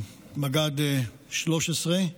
מג"ד 13,